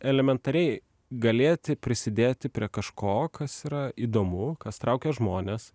elementariai galėti prisidėti prie kažko kas yra įdomu kas traukia žmones